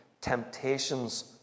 temptations